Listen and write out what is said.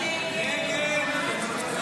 2023. הצבעה.